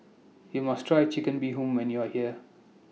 YOU must Try Chicken Bee Hoon when YOU Are here